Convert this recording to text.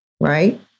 right